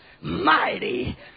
mighty